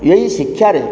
ଏଇ ଶିକ୍ଷାରେ